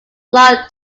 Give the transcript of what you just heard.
loch